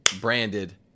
branded